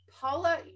Paula